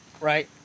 right